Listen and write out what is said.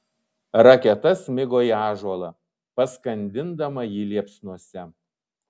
raketa smigo į ąžuolą paskandindama jį liepsnose